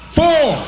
four